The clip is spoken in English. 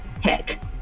Heck